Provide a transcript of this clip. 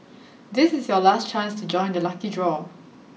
this is your last chance to join the lucky draw